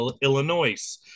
Illinois